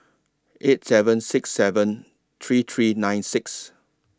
eight seven six seven three three nine six